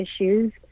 issues